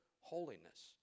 holiness